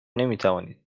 نمیتوانید